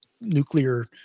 nuclear